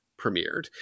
premiered